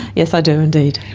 yes, i do indeed.